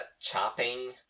chopping